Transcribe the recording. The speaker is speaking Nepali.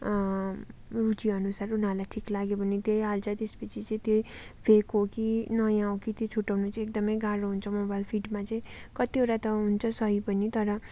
रुचि अनुसार उनीहरूलाई ठिक लाग्यो भने त्यही हाल्छ त्यस पछि चाहिँ त्यही फेक हो कि नयाँ हो कि त्यो छुट्टाउनु चाहिँ एकदमै गाह्रो हुन्छ मोबाइल फिडमा चाहिँ कतिवटा त हुन्छ सही पनि तर